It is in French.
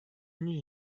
new